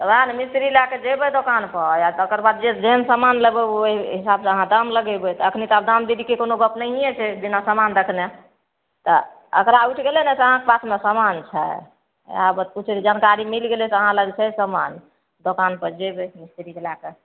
तऽ वएह ने मिस्त्री लैके जएबै दोकानपर आओर तकर बाद जेहन समान लेबै ओहि हिसाबसे अहाँ दाम लगेबै तऽ एखनी तऽ आब दाम बेदीके कोनो गप नहिए छै बिना समान देखने तऽ एकरा उठि गेलै ने से अहाँके पासमे समान छै पुछै जानकारी मिलि गेलै जे अहाँलग छै समान दोकानपर जएबै मिस्त्रीकेँ लैके